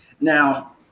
Now